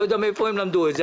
לא יודע מאיפה הם למדו את זה.